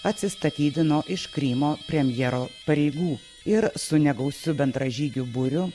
atsistatydino iš krymo premjero pareigų ir su negausiu bendražygių būriu